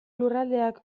lurraldeak